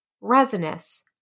resinous